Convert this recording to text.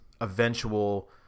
eventual